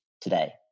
today